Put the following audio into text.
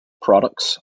products